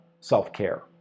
self-care